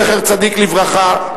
זכר צדיק לברכה,